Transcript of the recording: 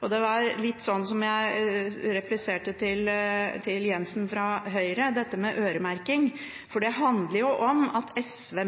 ramme. Det var litt som jeg repliserte til representanten Jenssen fra Høyre i forbindelse med øremerking: Det handler om at SV